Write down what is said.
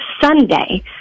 Sunday